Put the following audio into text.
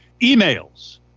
Emails